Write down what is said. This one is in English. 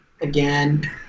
again